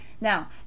Now